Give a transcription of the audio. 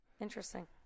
Interesting